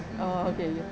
oh okay